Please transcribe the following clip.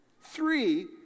Three